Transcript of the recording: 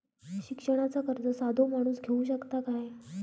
शिक्षणाचा कर्ज साधो माणूस घेऊ शकता काय?